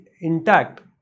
intact